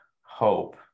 hope